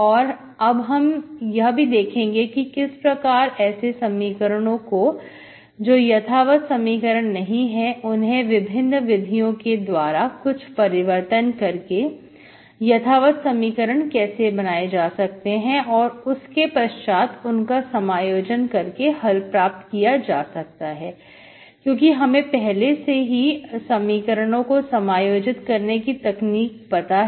और अब हम यह भी देखेंगे कि किस प्रकार ऐसे समीकरणों को जो यथावत समीकरण नहीं है उन्हें विभिन्न विधियों के द्वारा कुछ परिवर्तन करके यथावत समीकरण कैसे बनाए जा सकते हैं और उसके पश्चात उनका समायोजन करके हल प्राप्त किया जा सकता है क्योंकि हमें पहले से ही समीकरणों को समायोजित करने की तकनीक पता है